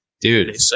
Dude